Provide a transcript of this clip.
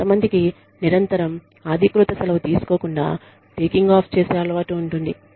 కొంతమందికి నిరంతరం అధీకృత సెలవు తీసుకోకుండా టేకింగ్ ఆఫ్ చేసే అలవాటు ఉంటుంది